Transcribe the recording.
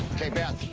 ok beth,